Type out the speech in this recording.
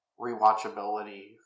rewatchability